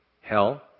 hell